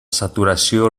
saturació